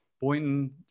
Boynton